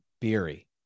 Beery